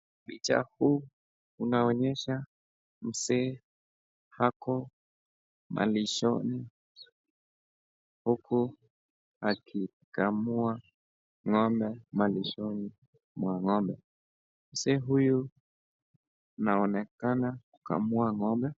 Pichi huu unaonyesha mzee ako malishoni huku akikamua ng'ombe malishoni mwa ngombe. Mzee huyu anaonekana kukamua ng'ombe.